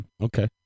Okay